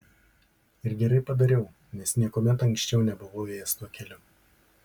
ir gerai padariau nes niekuomet anksčiau nebuvau ėjęs tuo keliu